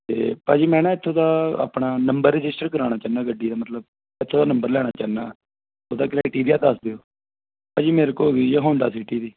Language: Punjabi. ਅਤੇ ਭਾਅ ਜੀ ਮੈਂ ਨਾ ਇੱਥੋਂ ਦਾ ਆਪਣਾ ਨੰਬਰ ਰਜਿਸਟਰ ਕਰਾਉਣਾ ਚਾਹੁੰਦਾ ਗੱਡੀ ਦਾ ਮਤਲਬ ਇੱਥੋਂ ਦਾ ਨੰਬਰ ਲੈਣਾ ਚਾਹੁੰਦਾ ਉਹਦਾ ਕ੍ਰੈਟਰੀਆ ਦੱਸ ਦਿਓ ਭਾਅ ਜੀ ਮੇਰੇ ਕੋਲ ਵੀਜਾ ਹੋਂਡਾ ਸੀਟੀ ਦੀ